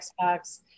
Xbox